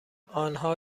آنها